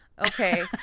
okay